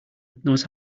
knows